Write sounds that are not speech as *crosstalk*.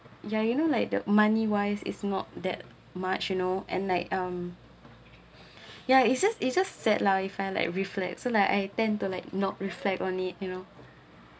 ya you know like the money wise is not that much you know and like um *breath* yeah it's just it's just sad life I like reflects so like I tend to like not reflect on it you know